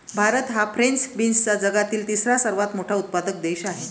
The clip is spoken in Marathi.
भारत हा फ्रेंच बीन्सचा जगातील तिसरा सर्वात मोठा उत्पादक देश आहे